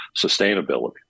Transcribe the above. sustainability